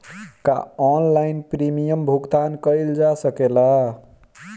का online premium भुगतान कईल जा सकेला?